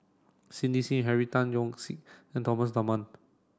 Cindy Sim Henry Tan Yoke See and Thomas Dunman